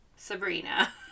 Sabrina